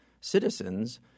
citizens